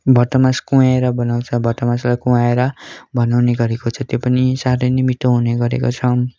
भटमास कुहाएर बनाउँछ भटमासलाई कुहाएर बनाउने गरेको छ त्यो पनि साह्रै नै मिठो हुने गरेको छ